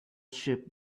ship